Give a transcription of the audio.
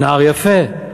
נער יפה,